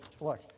look